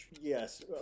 yes